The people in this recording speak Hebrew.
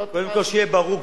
קודם כול שיהיה ברור,